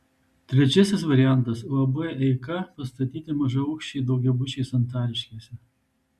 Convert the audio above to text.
trečiasis variantas uab eika pastatyti mažaaukščiai daugiabučiai santariškėse